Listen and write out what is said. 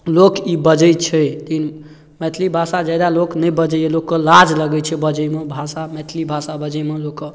लोक ई बाजे छै कि मैथिली भाषा ज्यादा लोक नहि बाजैए लोकके लाज लागै छै बाजैमे भाषा मैथिली भाषा बाजैमे लोकके